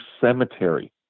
cemetery